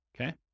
okay